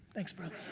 thanks bro.